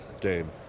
game